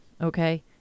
okay